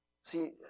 See